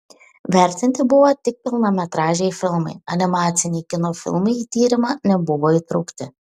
vertinti buvo tik pilnametražiai filmai animaciniai kino filmai į tyrimą nebuvo įtraukti